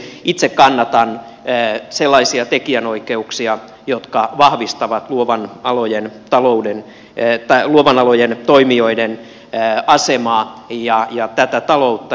itse kannatan sellaisia tekijänoikeuksia jotka vahvistavat luovien alojen toimijoiden asemaa ja tätä taloutta